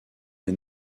est